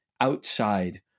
outside